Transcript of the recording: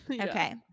Okay